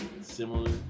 similar